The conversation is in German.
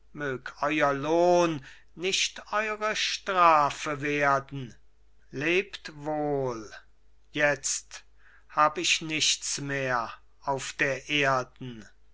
nicht eure strafe werden lebt wohl jetzt hab ich nichts mehr auf der erden